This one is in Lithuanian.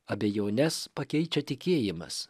abejones pakeičia tikėjimas